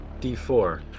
D4